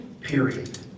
Period